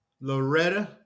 Loretta